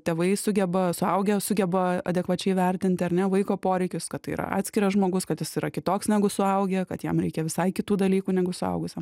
tėvai sugeba suaugę sugeba adekvačiai įvertint ar ne vaiko poreikius kad tai yra atskiras žmogus kad jis yra kitoks negu suaugę kad jam reikia visai kitų dalykų negu suaugusiam